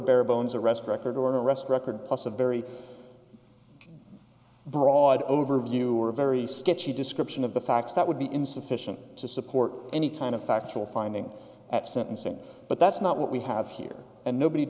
bare bones arrest record or an arrest record plus a very broad overview are very sketchy description of the facts that would be insufficient to support any kind of factual finding at sentencing but that's not what we have here and nobody